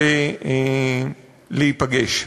ולהיפגש.